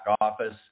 office